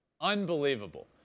Unbelievable